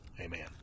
Amen